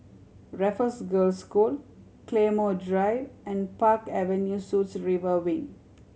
Raffles Girls' School Claymore Drive and Park Avenue Suites River Wing